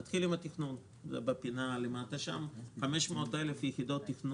נתחיל עם התכנון 500,000 יחידות דיור